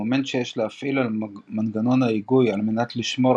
המומנט שיש להפעיל על מנגנון ההיגוי על מנת לשמור